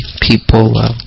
people